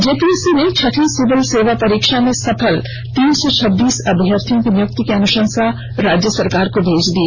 JPSC ने छठी civil सेवा परीक्षा में सफल तीन सौ छब्बीस अभ्यर्थियों की नियुक्ति की अनुशंसा राज्य सरकार को भेज दी है